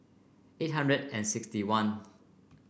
eight hundred and sixty one